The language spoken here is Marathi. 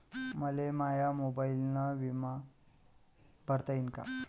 मले माया मोबाईलनं बिमा भरता येईन का?